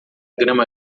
grama